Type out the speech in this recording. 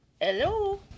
Hello